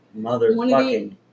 Motherfucking